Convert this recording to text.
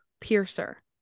piercer